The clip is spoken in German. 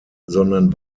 sondern